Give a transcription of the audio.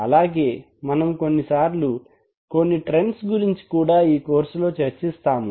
అలాగే మనము కొన్నిసార్లు కొన్ని ట్రెండ్స్ గురించి కూడా ఈ కోర్సు లో చర్చిస్తాము